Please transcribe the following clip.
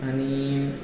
आनी